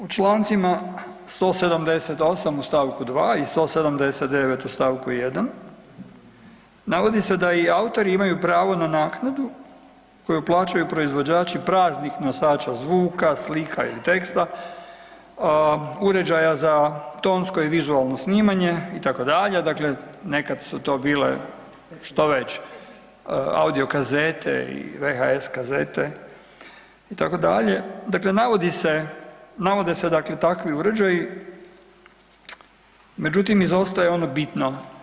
U čl. 178. u stavku 2. i 179. u stavku 1., navodi se da i autori imaju pravo na naknadu koju plaćaju proizvođači praznih nosača zvuka, slika i teksta, uređaja za tonsko i vizualno snimanje itd., dakle nekad su to bile što već, audio kazete i VHS kazete itd., dakle navode se takvi uređaji međutim izostaje ono bitno.